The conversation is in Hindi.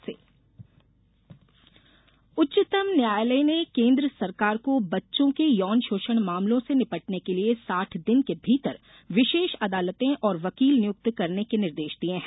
सुको निर्देश उच्चतम न्यायालय ने केन्द्र सरकार को बच्चों के यौन शोषण मामलों से निबटने के लिए साठ दिन के भीतर विशेष अदालतें और वकील नियुक्त करने के निर्देश दिये हैं